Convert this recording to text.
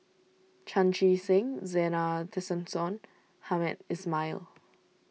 Chan Chee Seng Zena Tessensohn Hamed Ismail